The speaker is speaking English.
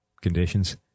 conditions